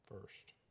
first